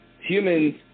humans